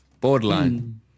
Borderline